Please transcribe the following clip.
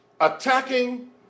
attacking